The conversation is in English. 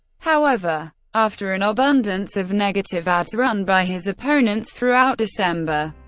however, after an abundance of negative ads run by his opponents throughout december,